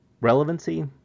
relevancy